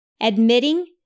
admitting